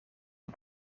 een